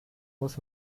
muss